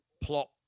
plot